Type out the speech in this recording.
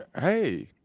hey